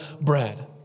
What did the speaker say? bread